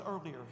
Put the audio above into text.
earlier